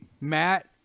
Matt